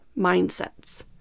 mindsets